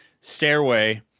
stairway